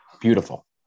Beautiful